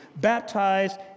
baptized